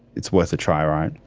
it's worth a try, right?